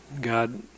God